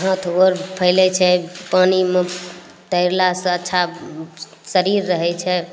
हाथ गोर फैलय छै पानिमे तैरलासँ अच्छा शरीर रहय छै